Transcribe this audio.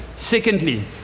secondly